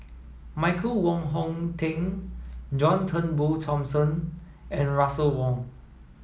Michael Wong Hong Teng John Turnbull Thomson and Russel Wong